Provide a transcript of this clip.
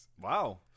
Wow